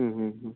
ह्म् ह्म् ह्म्